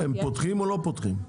הם פותחים או לא פותחים?